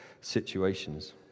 situations